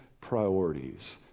priorities